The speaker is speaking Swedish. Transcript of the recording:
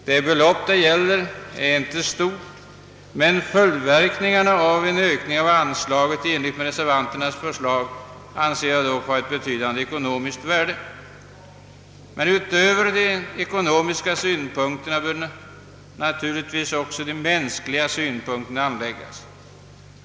Det belopp det gäller är inte stort, men följdverkningarna av en Ökning av anslaget i enlighet med reservanternas förslag anser jag vara ett betydande ekonomiskt värde. Men utöver de ekonomiska synpunkterna bör naturligtvis också de mänskliga synpunkterna anläggas.